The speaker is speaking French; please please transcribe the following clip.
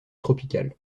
tropicales